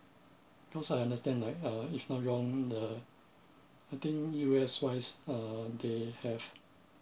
cause I understand like uh if not wrong the I think U_S wise uh they have